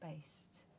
based